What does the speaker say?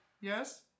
yes